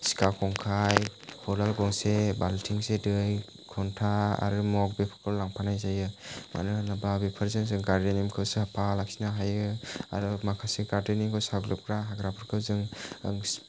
सिखा खंखाइ खदाल गंसे बालथिंसे दै खन्था आरो मग बेफोरखौ लांफानाय जायो मानो होनोबा बेफोरजों जों गारदेनिंखौ साफा लाखिनो हायो आरो माखासे गारदेनिंखौ साग्लोबग्रा हाग्राफोरखौ जों